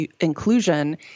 inclusion